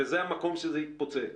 וזה המקום שזה יתפוצץ.